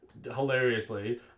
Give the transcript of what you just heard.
Hilariously